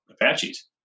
Apaches